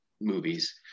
movies